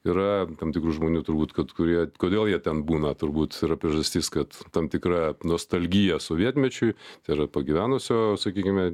yra tam tikrų žmonių turbūt kad kurie kodėl jie ten būna turbūt yra priežastis kad tam tikra nostalgija sovietmečiui tai yra pagyvenusio sakykime